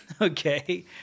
okay